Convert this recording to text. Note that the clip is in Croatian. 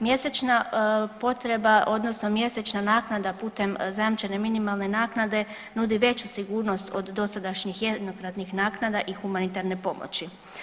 Mjesečna potreba odnosno mjesečna naknada putem zajamčene minimalne naknade nudi veću sigurnost od dosadašnjih jednokratnih naknada i humanitarne pomoći.